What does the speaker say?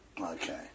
Okay